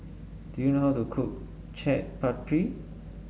do you know how to cook Chaat Papri